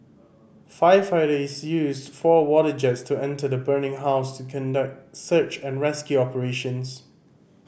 firefighters used four water jets to enter the burning house to conduct search and rescue operations